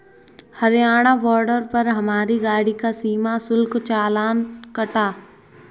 Haryana border पर हमारी गाड़ी का सीमा शुल्क चालान कटा